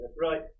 right